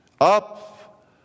Up